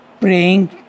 praying